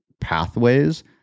pathways